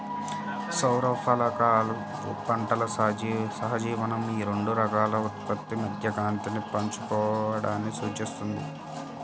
సౌర ఫలకాలు పంటల సహజీవనం ఈ రెండు రకాల ఉత్పత్తి మధ్య కాంతిని పంచుకోవడాన్ని సూచిస్తుంది